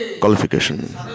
qualification